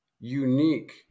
unique